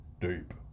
Deep